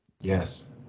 Yes